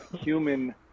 human